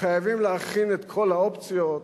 וחייבים להכין את כל האופציות,